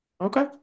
Okay